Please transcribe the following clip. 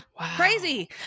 Crazy